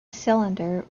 cylinder